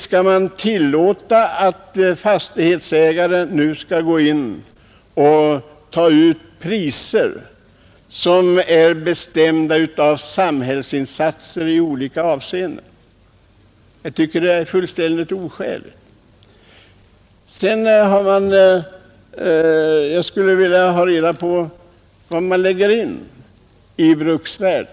Skall man tillåta att fastighetsägaren nu skall ta ut priser som är bestämda av samhällsinsatser i olika avseenden? Jag tycker det är fullständigt oskäligt. Jag skulle vilja ha reda på vilken betydelse man lägger in i ordet bruksvärde.